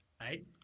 Right